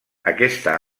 aquesta